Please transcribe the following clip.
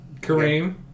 Kareem